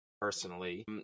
personally